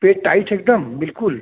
पेट tight है एकदम बिल्कुल